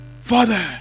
Father